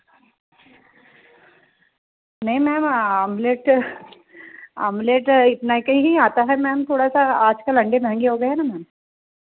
नहीं ma'am omelette omelette इतना का ही आता है मैम थोड़ा सा आज कल अंडे महँगे हो गए हैं ना